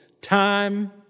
time